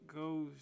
goes